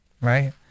right